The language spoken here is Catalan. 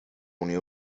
unió